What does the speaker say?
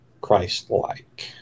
Christ-like